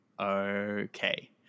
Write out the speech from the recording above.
okay